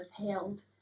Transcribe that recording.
withheld